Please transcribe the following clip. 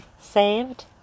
saved